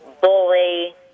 bully